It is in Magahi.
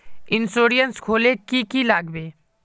इंश्योरेंस खोले की की लगाबे?